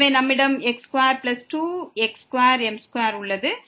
எனவே நம்மிடம் x22x2m2 உள்ளது